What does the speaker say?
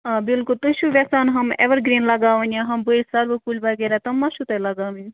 آ بِلکُل تُہۍ چھِو وٮ۪ژھان ہُم اٮ۪وَر گِرٛیٖن لَگاوٕنۍ یا ہُم بٔڑۍ سَروٕ کُلۍ وَغیرہ تِم ما چھُو تۄہہِ لَگاوٕنۍ